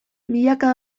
milaka